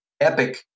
epic